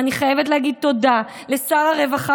ואני חייבת להגיד תודה לשר הרווחה,